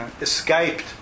escaped